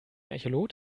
echolot